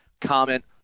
comment